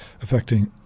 affecting